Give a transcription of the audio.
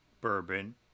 Bourbon